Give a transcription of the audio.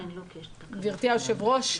גברתי היושבת ראש,